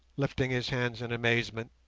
lifting his hands in amazement.